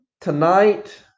Tonight